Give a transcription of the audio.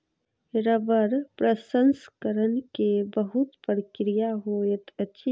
रबड़ प्रसंस्करण के बहुत प्रक्रिया होइत अछि